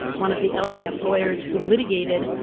one of the lds lawyers who litigated